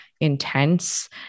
intense